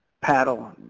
paddle